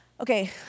Okay